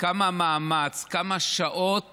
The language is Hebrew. כמה מאמץ, כמה שעות